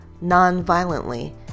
non-violently